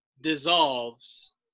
dissolves